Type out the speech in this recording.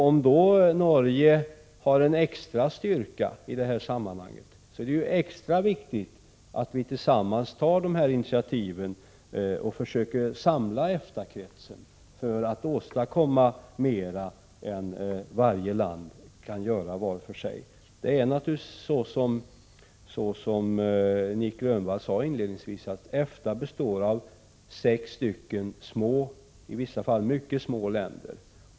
Om Norge har en extra styrka i detta sammanhang, är det extra viktigt att vi tillsammans tar dessa initiativ och försöker samla EFTA-kretsen för att åstadkomma mer än vad varje land kan åstadkomma för sig. Det är naturligtvis så, som Nic Grönvall sade inledningsvis, att EFTA består av sex små, i vissa fall mycket små länder.